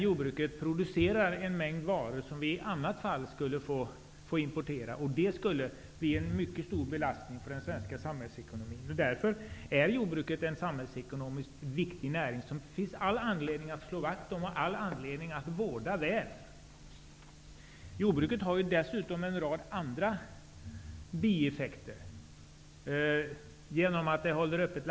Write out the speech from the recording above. Jordbruket producerar en mängd varor som vi i annat fall skulle få importera, och det skulle bli en mycket stor belastning för den svenska samhällsekonomin. Därför är jordbruket en samhällsekonomiskt viktig näring som det finns all anledning att slå vakt om och all anledning att vårda väl. Jordbruket har ju dessutom en rad andra bieffekter. Det håller landskapet öppet.